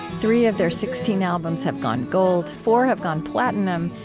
three of their sixteen albums have gone gold, four have gone platinum,